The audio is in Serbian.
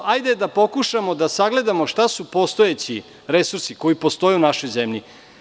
Hajde da pokušamo da sagledamo šta su postojeći resursi, koji postoje u našoj zemlji.